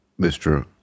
Mr